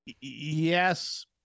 Yes